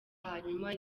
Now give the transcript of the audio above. hanyuma